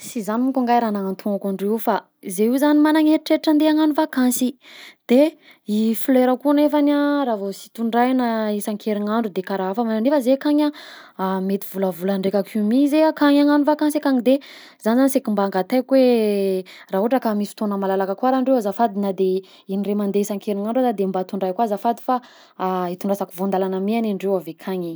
Sy izany moko angah raha nagnantognako andreo io fa izay io zany magnany eritreritra andeha hagnano vakansy de i folerako io nefany raha vao sy tondrahina isan-kerignandro de karaha hafagna nefa zay akagny mety volavolandraiky mihintsy zay ankagny hagnano vakansy ankagny, de zany zany saika mba hangatahiko hoe raha ohatra ka misy fotoagna malalaka koa raha andreo azafady na de i- indray mandeha isan-kerignandro aza de mba tondray koa azafady fa hitondrasako voan-dalana mi agnie indreo avy akagny e.